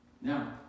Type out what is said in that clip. Now